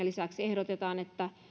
lisäksi ehdotetaan että